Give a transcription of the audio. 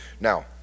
Now